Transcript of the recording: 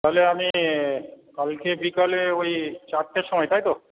তাহলে আমি কালকে বিকালে ওই চারটের সময় তাই তো